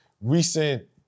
recent